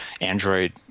Android